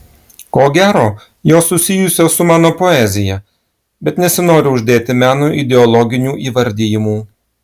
ko gero jos susijusios su mano poezija bet nesinori uždėti menui ideologinių įvardijimų